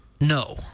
No